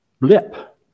blip